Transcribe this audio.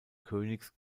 königs